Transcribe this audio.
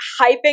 hyping